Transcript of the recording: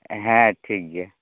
ᱦᱮᱸ ᱴᱷᱤᱠ ᱜᱮᱭᱟ